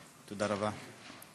תודה רבה.